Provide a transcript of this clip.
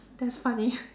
that's funny